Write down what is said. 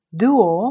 duo